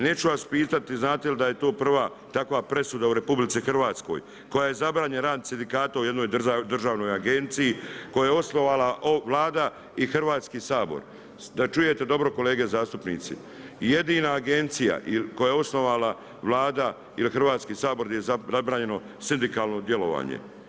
Neću vas pitati znate li da je to prva takva presuda u RH kojoj je zabranjen rad sindikata u jednoj državnoj agenciji koju je osnovala Vlada i Hrvatski sabor, da čujete dobro kolege zastupnici, jedina agencija koju je osnovala Vlada i Hrvatski sabor gdje je zabranjeno sindikalno djelovanje.